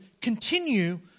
continue